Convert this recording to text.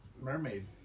mermaid